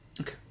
Okay